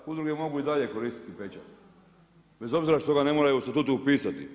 Udruge mogu i dalje koristiti pečat bez obzira što ga ne moraju u statutu upisati.